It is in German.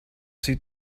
sieht